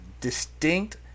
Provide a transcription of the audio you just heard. distinct